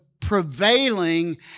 prevailing